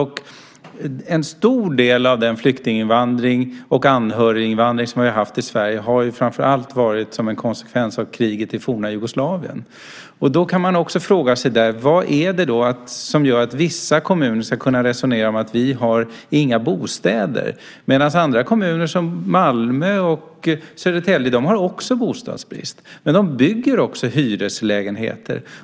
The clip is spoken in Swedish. Och en stor del av flyktinginvandringen och anhöriginvandringen till Sverige har skett framför allt som en konsekvens av kriget i forna Jugoslavien. Då kan man fråga vad det är som gör att vissa kommuner ska kunna resonera om att de inte har några bostäder. Andra kommuner som Malmö och Södertälje har också bostadsbrist, men de bygger också hyreslägenheter.